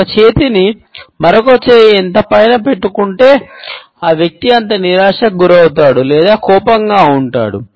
ఒక చేతిని మరొక చేయి ఎంత పైన పట్టుకుంటే ఆ వ్యక్తి అంత నిరాశకు గురవుతాడు లేదా కోపంగా ఉంటాడు